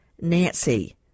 nancy